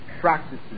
practices